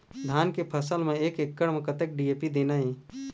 धान के फसल म एक एकड़ म कतक डी.ए.पी देना ये?